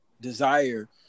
desire